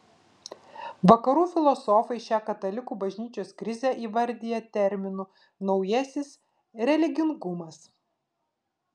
vakarų filosofai šią katalikų bažnyčios krizę įvardija terminu naujasis religingumas